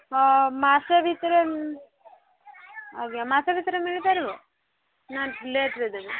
ହ ମାସେ ଭିତରେ ଆଜ୍ଞା ମାସେ ଭିତରେ ମିଳି ପାରିବ ନାଁ ଲେଟ୍ରେ ଦେବେ